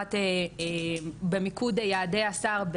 הוחלט במיקוד יעדי השר,